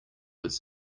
his